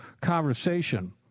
conversation